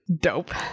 Dope